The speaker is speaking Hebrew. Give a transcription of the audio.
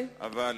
בבקשה.